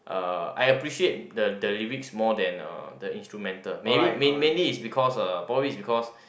uh I appreciate the the lyrics more than uh the instrumental maybe mainly is because probably is because